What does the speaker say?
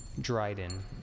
Dryden